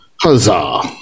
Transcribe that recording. huzzah